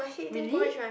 really